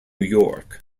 york